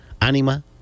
Anima